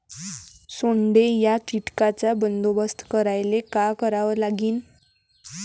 सोंडे या कीटकांचा बंदोबस्त करायले का करावं लागीन?